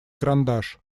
карандаш